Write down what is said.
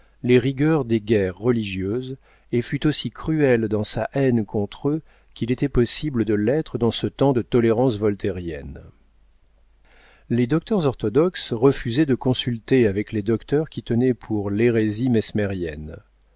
les rigueurs des guerres religieuses et fut aussi cruel dans sa haine contre eux qu'il était possible de l'être dans ce temps de tolérance voltairienne les docteurs orthodoxes refusaient de consulter avec les docteurs qui tenaient pour l'hérésie